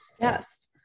yes